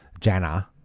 Janna